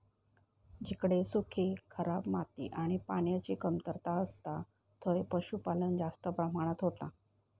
जिकडे सुखी, खराब माती आणि पान्याची कमतरता असता थंय पशुपालन जास्त प्रमाणात होता